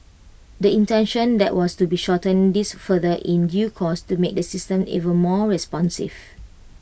the intention that was to shorten this further in due course to make the system even more responsive